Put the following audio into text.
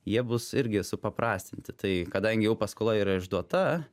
jie bus irgi supaprastinti tai kadangi jau paskola yra išduota